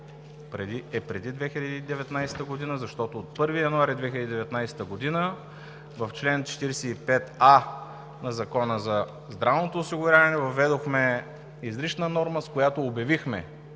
е преди 2019 г., защото от 1 януари 2019 г. в чл. 45а в Закона за здравното осигуряване въведохме изрична норма, с която обявихме